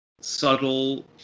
subtle